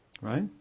Right